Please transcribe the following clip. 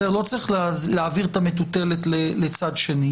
לא צריך להעביר את המטוטלת לצד שני.